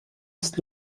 ist